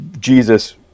jesus